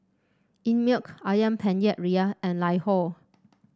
Einmilk ayam Penyet Ria and LiHo